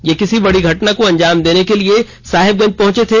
ये किसी बडी घटना को अंजाम देने के लिए साहिबगंज पहुंचे थे